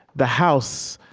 the house,